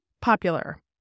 popular